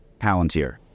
Palantir